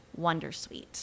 Wondersuite